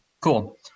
Cool